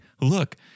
look